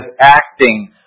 acting